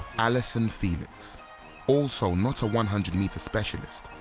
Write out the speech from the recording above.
allyson felix also not a one hundred m specialist,